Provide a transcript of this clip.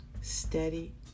steady